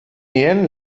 nien